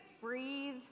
Breathe